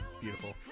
Beautiful